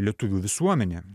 lietuvių visuomenė